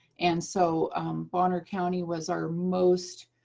and so bonner county was our most